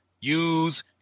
use